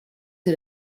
que